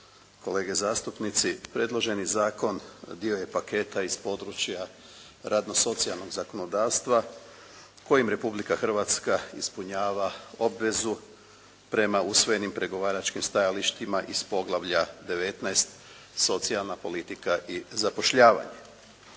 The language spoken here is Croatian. kolege zastupnici. Predloženi zakon dio je paketa iz područja radno socijalnog zakonodavstva kojim Republika Hrvatska ispunjava obvezu prema usvojenim pregovaračkim stajalištima iz poglavlja- 19. Socijalna politika i zapošljavanje.